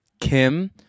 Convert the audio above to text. Kim